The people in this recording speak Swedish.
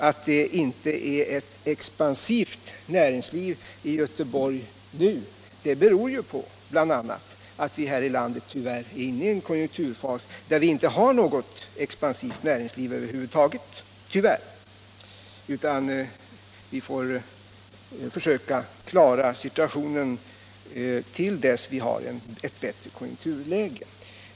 Att det inte är ett expansivt näringsliv i Göteborg nu beror ju bl.a. på att vi här i landet tyvärr är inne i en konjunkturfas där vi inte har något expansivt näringsliv över huvud taget. Vi får försöka klara situationen till dess vi har ett bättre konjunkturläge.